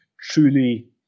truly